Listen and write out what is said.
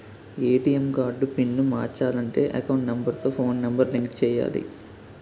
ATM card pin మార్చాలంటే account number తో phone number link చేయాలి